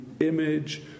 image